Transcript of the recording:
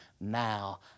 now